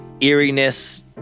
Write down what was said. eeriness